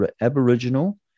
Aboriginal